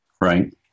Right